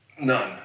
None